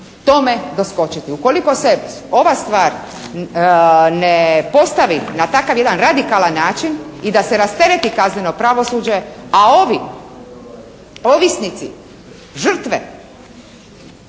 tome doskočiti. Ukoliko se ova stvar ne postavi na takav jedan radikalan način i da se rastereti kazneno pravosuđe, a ovi ovisnici, žrtve